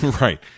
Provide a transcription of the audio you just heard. Right